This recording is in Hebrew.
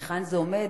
היכן זה עומד,